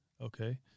Okay